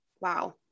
Wow